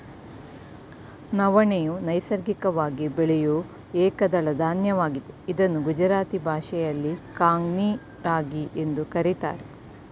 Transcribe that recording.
ನವಣೆಯು ನೈಸರ್ಗಿಕವಾಗಿ ಬೆಳೆಯೂ ಏಕದಳ ಧಾನ್ಯವಾಗಿದೆ ಇದನ್ನು ಗುಜರಾತಿ ಭಾಷೆಯಲ್ಲಿ ಕಾಂಗ್ನಿ ರಾಗಿ ಎಂದು ಕರಿತಾರೆ